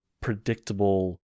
predictable